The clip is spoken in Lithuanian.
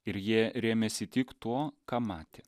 ir jie rėmėsi tik tuo ką matė